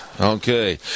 Okay